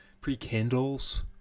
pre-Kindles